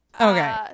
Okay